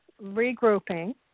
Regrouping